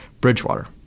Bridgewater